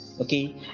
Okay